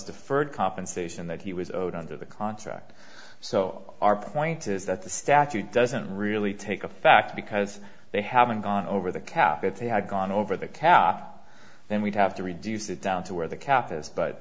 deferred compensation that he was owed under the contract so our point is that the statute doesn't really take a factor because they haven't gone over the cap that they had gone over the calf then we'd have to reduce it down to where the